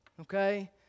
Okay